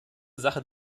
sache